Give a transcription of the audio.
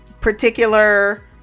particular